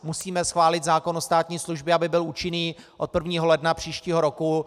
Musíme schválit zákon o státní službě, aby byl účinný od 1. ledna příštího roku.